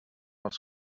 els